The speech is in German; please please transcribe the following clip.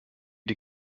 die